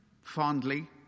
fondly